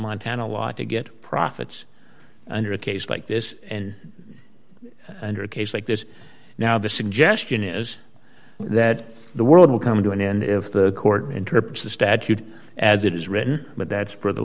montana law to get profits under a case like this and under a case like this now the suggestion is that the world will come to an end if the court interprets the statute as it is written but that's